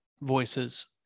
voices